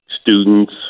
students